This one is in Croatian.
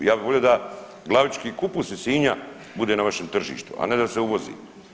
Ja bih volio da glavički kupus iz Sinja bude na vašem tržištu, a ne da se uvozi.